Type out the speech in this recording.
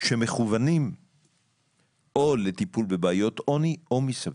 שמכוונים או לטיפול בבעיות עוני או מסביב.